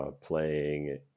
playing